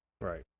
Right